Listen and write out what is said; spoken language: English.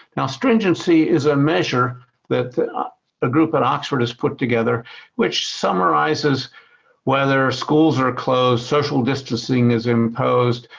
now stringency is a measure that a group at oxford has put together which summarizes whether schools are closed, social distancing is imposed,